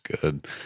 good